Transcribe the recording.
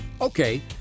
Okay